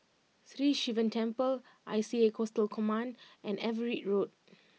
Sri Sivan Temple I C A Coastal Command and Everitt Road